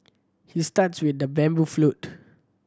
he start with the bamboo flute